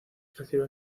recibe